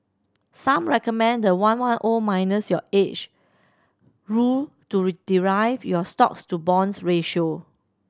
some recommend the one one O minus your age rule to derive your stocks to bonds ratio